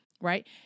right